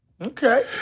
Okay